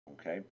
okay